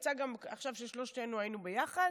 יצא עכשיו גם ששלושתנו היינו ביחד.